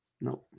No